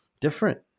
different